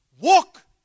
Walk